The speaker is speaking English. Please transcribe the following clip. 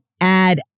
add